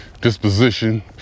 disposition